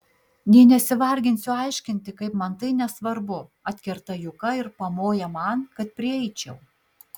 nė nesivarginsiu aiškinti kaip man tai nesvarbu atkerta juka ir pamoja man kad prieičiau